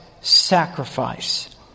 sacrifice